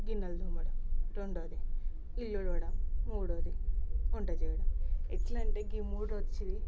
గిన్నెలు తోమడం రెండోది ఇల్లు ఊడవడం మూడోది వంట చేయడం ఎట్లంటే గీ మూడొచ్చి